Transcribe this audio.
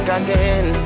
again